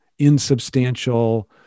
insubstantial